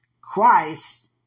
Christ